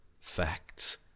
FACTS